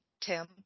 Tim